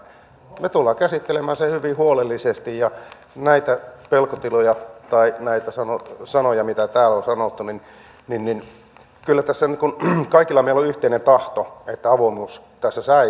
me tulemme käsittelemään sen hyvin huolellisesti ja mitä tulee pelkotiloihin tai sanoihin mitä täällä on sanottu niin kyllä tässä kaikilla meillä on yhteinen tahto että avoimuus tässä säilyy